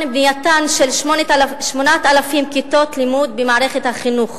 בנייתן של 8,000 כיתות לימוד במערכת החינוך